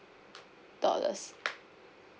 dollars